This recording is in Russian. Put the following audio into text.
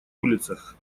улицах